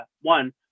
One